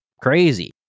crazy